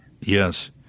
Yes